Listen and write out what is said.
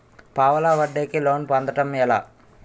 పావలా వడ్డీ కి లోన్ పొందటం ఎలా?